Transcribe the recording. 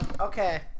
okay